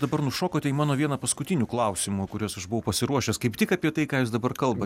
dabar nušokote į mano vieną paskutinių klausimų kuriuos aš buvau pasiruošęs kaip tik apie tai ką jūs dabar kalbat